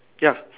ya